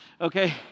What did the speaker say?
okay